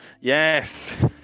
Yes